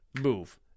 move